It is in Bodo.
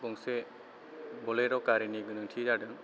गंसे बलेर' गारिनि गोनांथि जादों